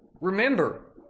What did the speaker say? remember